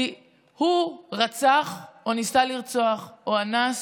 כי הוא רצח, או ניסה לרצוח, או אנס,